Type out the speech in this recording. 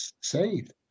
saved